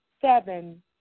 seven